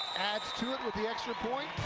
add to it with the extra point,